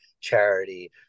charity